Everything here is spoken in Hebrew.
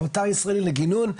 פורטל ישראלי לגינון.